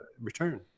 return